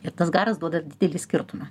ir tas garas duoda didelį skirtumą